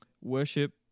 worship